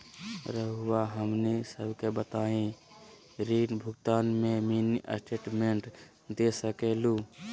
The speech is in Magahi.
रहुआ हमनी सबके बताइं ऋण भुगतान में मिनी स्टेटमेंट दे सकेलू?